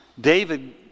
David